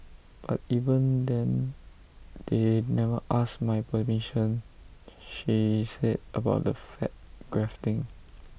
but even then they never asked my permission she said about the fat grafting